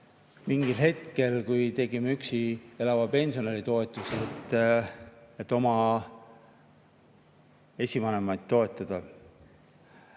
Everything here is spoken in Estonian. mingil hetkel tegime üksi elava pensionäri toetuse, et oma esivanemaid toetada.